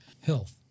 health